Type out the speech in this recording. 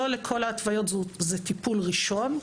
לא לכל ההתוויות זה טיפול ראשון.